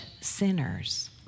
sinners